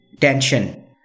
tension